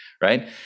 right